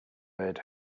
bird